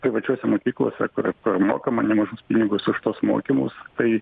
privačiose mokyklose kur mokama nemažus pinigus už tuos mokymus tai